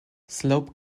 slope